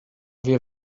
wir